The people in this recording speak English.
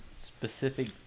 specific